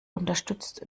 unterstützt